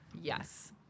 Yes